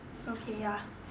okay ya